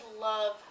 love